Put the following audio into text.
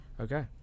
Okay